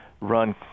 run